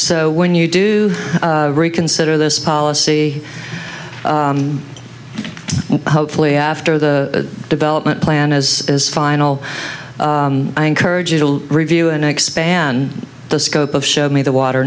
so when you do reconsider this policy hopefully after the development plan is final i encourage it'll review and expand the scope of show me the water